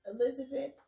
Elizabeth